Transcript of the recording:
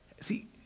See